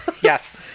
yes